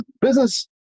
business